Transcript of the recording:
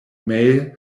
male